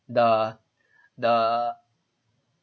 the the